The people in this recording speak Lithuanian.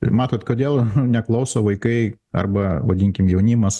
ir matot kodėl neklauso vaikai arba vadinkim jaunimas